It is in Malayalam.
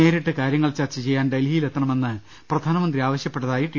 നേരിട്ട് കാര്യങ്ങൾ ചർച്ച ചെയ്യാൻ ഡൽഹി യിലെത്തണമെന്ന് പ്രധാനമന്ത്രി ആവശ്യപ്പെട്ടതായി ടി